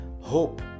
hope